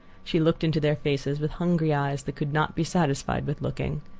she looked into their faces with hungry eyes that could not be satisfied with looking.